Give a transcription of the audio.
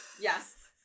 Yes